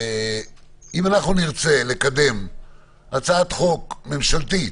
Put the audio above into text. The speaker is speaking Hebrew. אם אנחנו נרצה לקדם הצעת חוק ממשלתית,